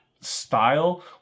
style